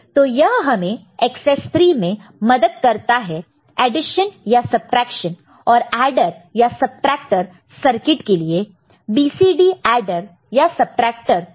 तो यह हमें एकसेस 3 में मदद करता है एडिशन या सबट्रैक्शन और एडर या सबट्रैक्टर सर्किट के लिए BCD एडर या सबट्रैक्टर के कंपैरिजन में